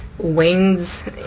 wings